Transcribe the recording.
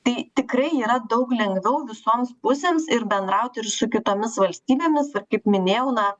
tai tikrai yra daug lengviau visoms pusėms ir bendrauti ir su kitomis valstybėmis ir kaip minėjau na